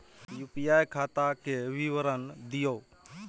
UPI खाता के विवरण दिअ?